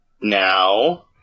now